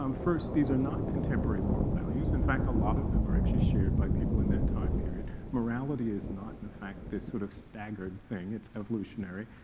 um first, these are not contemporary moral values. in fact, a lot of them are actually shared by people in that time period. morality is not, in fact, this sort of staggered thing. it's evolutionary.